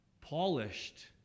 polished